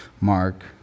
Mark